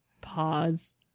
pause